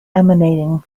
emanating